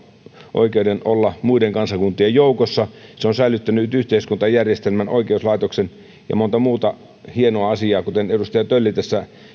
oikeuden olla muiden kansakuntien joukossa se on säilyttänyt yhteiskuntajärjestelmän oikeuslaitoksen ja monta muuta hienoa asiaa kuten edustaja tölli tässä